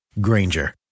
Granger